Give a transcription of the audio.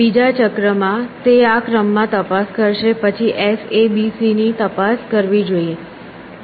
બીજા ચક્રમાં તે આ ક્રમમાં તપાસ કરશે પછી s a b c ની તપાસ કરવી જોઈએ